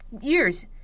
Years